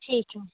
ठीक है